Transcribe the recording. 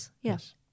Yes